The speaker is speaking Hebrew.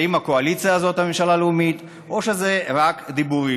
אם הקואליציה הזאת היא ממשלה לאומית או שזה רק דיבורים.